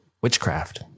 witchcraft